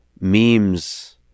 memes